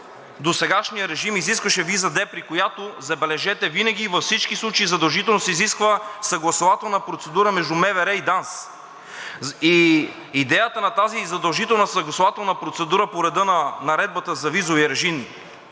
досегашният режим изискваше виза „D“, при която, забележете, винаги и във всички случаи задължително се изисква съгласувателна процедура между МВР и ДАНС. Идеята на тази задължителна съгласувателна процедура по реда на Наредбата за визовия режим,